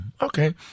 Okay